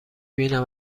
بینم